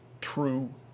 true